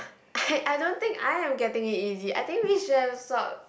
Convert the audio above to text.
I don't think I am getting it easy I think we should have swopped